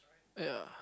ya